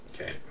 Okay